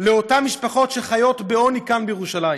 לאותן משפחות שחיות בעוני, כאן, בירושלים.